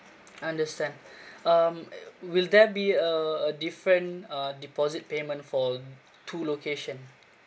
I understand um will there be uh a different uh deposit payment for two location